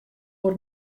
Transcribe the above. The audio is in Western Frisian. oer